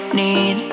need